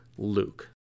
Luke